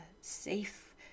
safe